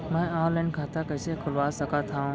मैं ऑनलाइन खाता कइसे खुलवा सकत हव?